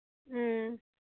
ꯎꯝ